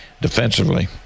defensively